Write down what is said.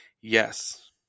Yes